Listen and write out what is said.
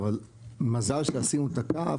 אבל מזל שעשינו את הקו,